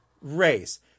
race